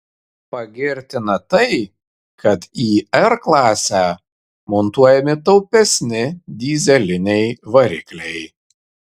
pagirtina tai kad į r klasę montuojami taupesni dyzeliniai varikliai